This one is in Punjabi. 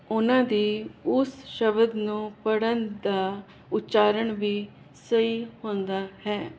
ਉਹਨਾਂ ਦੀ ਉਸ ਸ਼ਬਦ ਨੂੰ ਪੜ੍ਨ ਦਾ ਉਚਾਰਨ ਵੀ ਸਹੀ ਹੁੰਦਾ ਹੈ